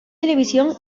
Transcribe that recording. televisión